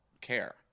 care